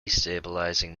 stabilizing